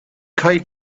kite